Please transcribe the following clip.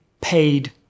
paid